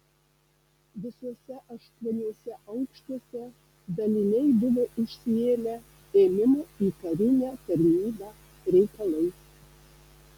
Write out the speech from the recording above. visuose aštuoniuose aukštuose daliniai buvo užsiėmę ėmimo į karinę tarnybą reikalais